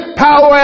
power